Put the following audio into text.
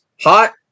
Hot